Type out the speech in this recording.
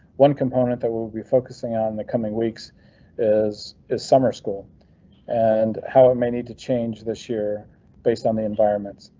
one component that will be focusing on the coming weeks is is summer school and how it may need to change this year based on the environments,